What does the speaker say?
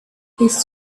his